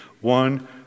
one